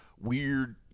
weird